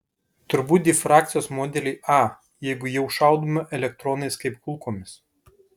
turbūt difrakcijos modelį a jeigu jau šaudome elektronais kaip kulkomis